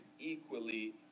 equally